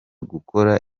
gukora